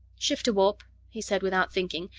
shift to warp, he said without thinking,